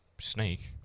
snake